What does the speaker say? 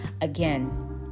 again